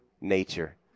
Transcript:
nature